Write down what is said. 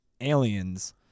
aliens